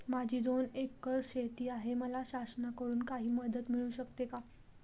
माझी दोन एकर शेती आहे, मला शासनाकडून काही मदत मिळू शकते का?